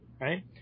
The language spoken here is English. right